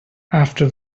after